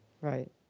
Right